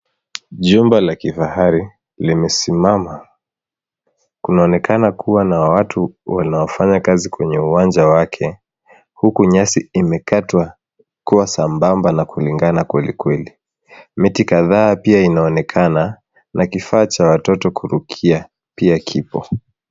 Jumba la kifahari limesimama. Kunaonekana kuwa na watu wanaofanya kazi kwenye uwanja wake huku nyasi imekatwa kuwa sambamba na kulingana kwelikweli. Miti kadhaa pia inaonekana na kifaa cha watoto kurukia pia kipo.